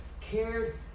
cared